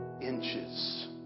inches